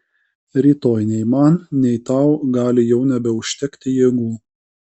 rytoj nei man nei tau gali jau nebeužtekti jėgų